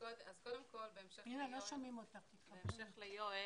אז קודם כל בהמשך ליואל